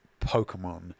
Pokemon